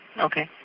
Okay